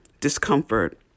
discomfort